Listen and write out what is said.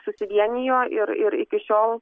susivienijo ir ir iki šiol